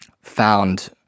found